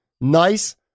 nice